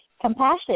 Compassion